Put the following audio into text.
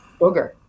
booger